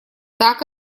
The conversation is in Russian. так